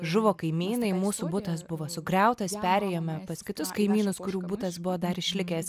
žuvo kaimynai mūsų butas buvo sugriautas perėjome pas kitus kaimynus kurių butas buvo dar išlikęs